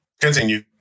continue